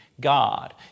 God